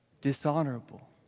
dishonorable